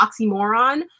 oxymoron